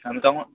আমি তখন